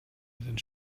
and